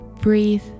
breathe